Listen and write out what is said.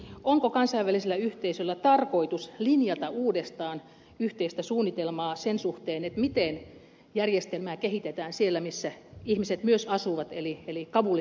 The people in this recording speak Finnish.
onko kansainvälisellä yhteisöllä tarkoitus linjata uudestaan yhteistä suunnitelmaa sen suhteen miten järjestelmää kehitetään siellä missä ihmiset myös asuvat eli kabulin ulkopuolella